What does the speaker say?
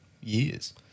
years